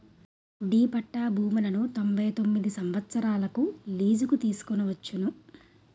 D పట్టా భూములను తొంభై తొమ్మిది సంవత్సరాలకు లీజుకు తీసుకోవచ్చును